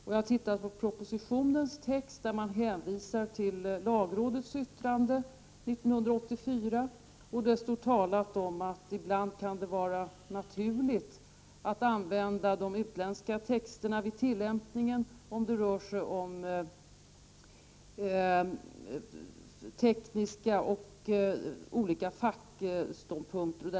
Jag har studerat propositionens text, i vilken man hänvisar till lagrådets yttrande 1984. Där står att det ibland kan vara naturligt att använda de utländska texterna vid tillämpningen om det rör sig om tekniska och andra fackområden.